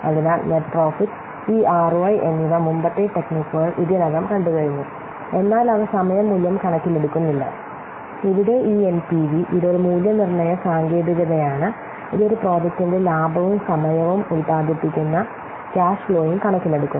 അതിനാൽ net profit ഈ ROI എന്നിവ മുമ്പത്തെ ടെക്നിക്കുകൾ ഇതിനകം കണ്ടുകഴിഞ്ഞു എന്നാൽ അവ സമയ മൂല്യം കണക്കിലെടുക്കുന്നില്ല ഇവിടെ ഈ എൻപിവി ഇത് ഒരു മൂല്യനിർണ്ണയ സാങ്കേതികതയാണ് ഇത് ഒരു പ്രോജക്റ്റിന്റെ ലാഭവും സമയവും ഉൽപാദിപ്പിക്കുന്ന ക്യാഷ് ഫ്ലോയും കണക്കിലെടുക്കുന്നു